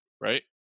right